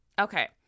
Okay